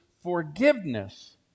forgiveness